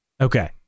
Okay